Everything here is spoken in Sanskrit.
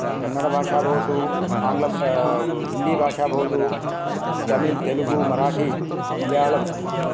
कन्नडभाषा भवतु आङ्ग्ल हिन्दीभाषा भवतु तमिल् तेलगु मराठी मलयालम्